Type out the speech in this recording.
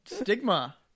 stigma